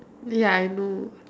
ya I know